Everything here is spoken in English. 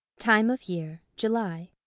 time of year, july.